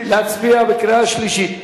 להצביע בקריאה שלישית?